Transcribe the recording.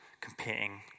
competing